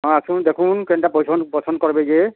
ହଁ ଆସୁନ୍ ଦେଖୁନ୍ କେନ୍ତା ପସନ୍ଦ୍ ପସନ୍ଦ୍ କର୍ବେ ଯେ